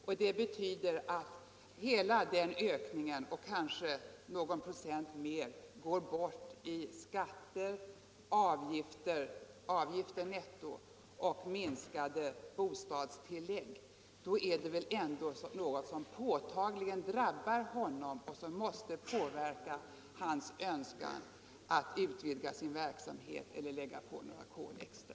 och det betyder att hela den ökningen går bort i skatter, avgifter netto och minskade bostadstillägg, då är det väl ändå något som påtagligen drabbar honom och som måste påverka hans önskan att utvidga sin verksamhet eller lägga på några kol extra.